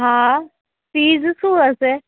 હા ફીસ શું હશે